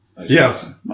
Yes